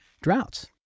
droughts